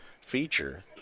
feature